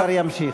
השר ימשיך.